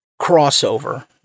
crossover